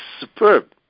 superb